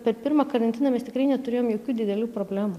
per pirmą karantiną mes tikrai neturėjom jokių didelių problemų